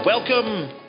Welcome